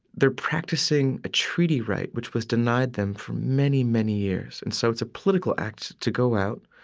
they're practicing a treaty right which was denied them for many, many years. and so it's a political act to go out,